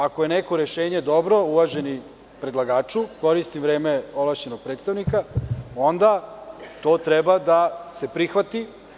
Ako je neko rešenje dobro, uvaženi predlagaču, koristim vreme ovlašćenog predstavnika, onda to treba da se prihvati.